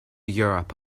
europe